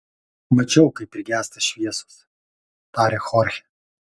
mačiau kaip prigęsta šviesos tarė chorchė